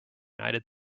united